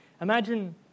Imagine